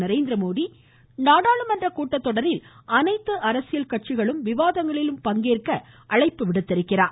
நரேந்திரமோதி நாடாளுமன்ற கூட்டத்தொடரில் அனைத்து அரசியல் கட்சிகளும் விவாதங்களில் பங்கேற்க அழைப்பு விடுத்தார்